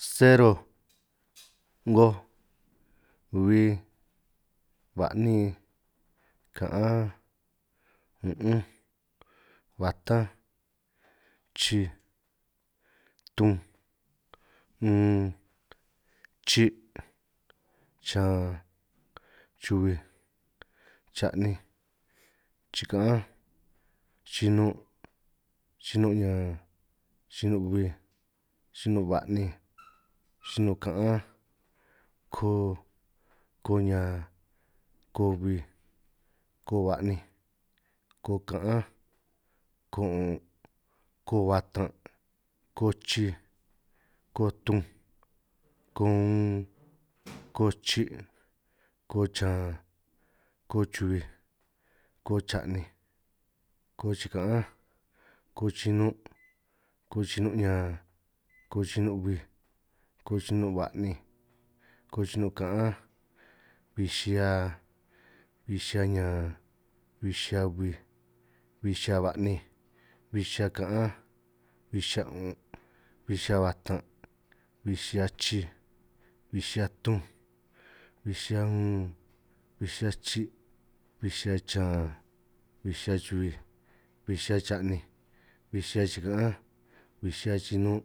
Cero, 'ngoj, bi, ba'nin, ka'an, un'unj, batanj, chij, tunj, un, chi', chan, chubij, cha'ninj, chikaánj, chinun', chinun ñan, chinun' huij, chinun' hua'ninj, chinun' ka'anj, ko, ko ñan, ko bij, ko ba'ninj, ko kaanj, ko un'un', ko huatan', ko chij, ko tunj, ko uun, ko chi', ko chan, ko chubij, ko cha'ninj, ko chika'anj, ko chinun', ko chinun' ñan, ko chinun bij, ko chinun' ba'ninj ko chinun ka'ánj, bij xihia, bij xihia ñan, bij xihia bij, bij xihia ba'ninj, bij xihia ka'ánj, bij xia un'un', bij xihia batan', bij xihia chij, bij xihia tunj, bij xihia ïn, bij xihia chi', bij xihia chan, bi xihia chubij, bij xihia cha'ninj, bij xihia chika'ánj, bij xihia chinun',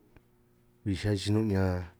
bij xihia chinun' ñan